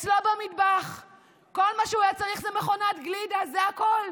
כל מה שהוא היה צריך זה מכונת גלידה, זה הכול.